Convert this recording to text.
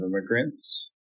immigrants